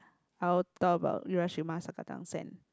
I will talk about Urashima Sakata Sen